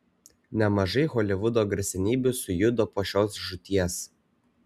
nemažai holivudo garsenybių sujudo po šios žūties